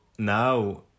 Now